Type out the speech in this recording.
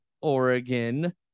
oregon